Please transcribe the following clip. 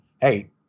hey